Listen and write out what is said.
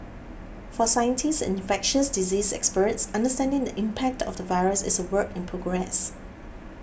for scientists and infectious diseases experts understanding the impact of the virus is a work in progress